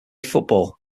football